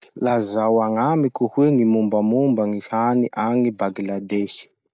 Lazao agnamiko hoe gny mombamomba gny hany agny Bangladesy?